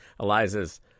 eliza's